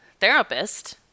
therapist